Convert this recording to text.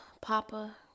Papa